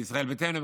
וישראל ביתנו,